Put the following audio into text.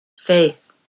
faith